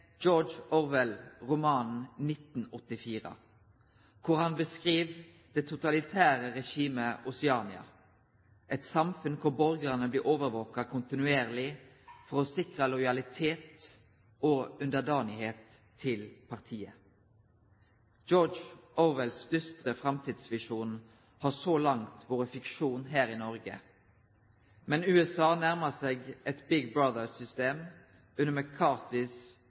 Orwell romanen «1984», der han beskriv det totalitære regimet Oceania, eit samfunn der borgarane blir overvakte kontinuerleg for å sikre lojalitet og underdanigheit til partiet. George Orwells dystre framtidsvisjon har så langt vore fiksjon her i Noreg, men USA nærma seg eit «Big Brother»-system under